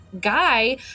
guy